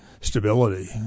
stability